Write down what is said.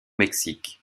mexique